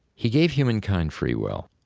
he gave humankind free will,